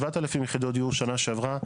7,000 יחידות דיור שנה שעברה.